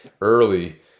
early